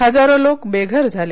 हजारो लोक बेघर झाले